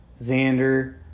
Xander